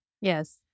Yes